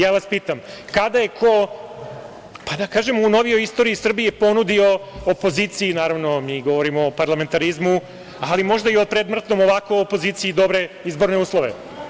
Ja vas pita, kada je ko, pa da kažem, u novijoj istoriji Srbije, ponudio opoziciji, mi govorimo o parlamentarizmu, ali možda i o predmrtnom ovako opoziciji, ovako dobre izborne uslove.